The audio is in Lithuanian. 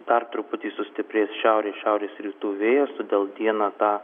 dar truputį sustiprės šiaurės šiaurės rytų vėjas todėl dieną tą